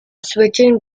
switching